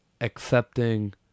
accepting